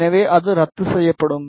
எனவே அது ரத்துசெய்யப்படும்